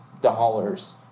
dollars